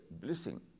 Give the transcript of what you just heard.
blessing